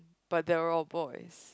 but they're all boys